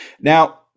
Now